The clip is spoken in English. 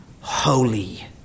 holy